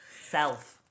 self